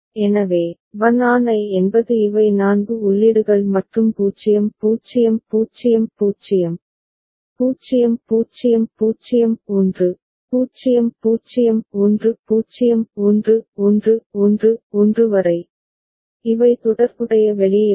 எனவே Bn An I என்பது இவை 4 உள்ளீடுகள் மற்றும் 0 0 0 0 0 0 0 1 0 0 1 0 1 1 1 1 வரை இவை தொடர்புடைய வெளியீடுகள்